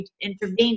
intervened